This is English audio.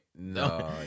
No